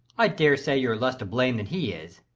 i daresay you're less to blame than he is.